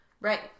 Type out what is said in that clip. Right